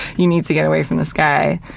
you need to get away from this guy.